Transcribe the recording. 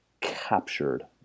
captured